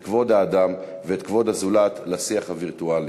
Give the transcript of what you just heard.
את כבוד האדם ואת כבוד הזולת לשיח הווירטואלי.